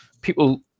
people